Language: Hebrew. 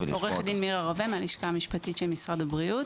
בבקשה.